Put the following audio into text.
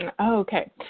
Okay